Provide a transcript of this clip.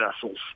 vessels